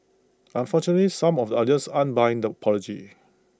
unfortunately some of the audience aren't buying the apology